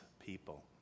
People